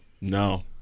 no